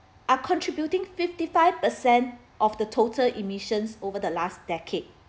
are contributing fifty five percent of the total emissions over the last decade